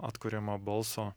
atkuriamo balso